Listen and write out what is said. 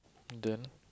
then